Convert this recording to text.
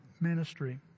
Ministry